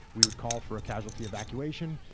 we would call for a casualty evacuation.